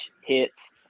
hits